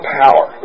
power